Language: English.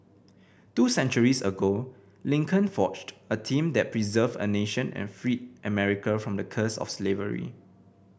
two centuries ago Lincoln forged a team that preserved a nation and freed America from the curse of slavery